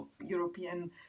European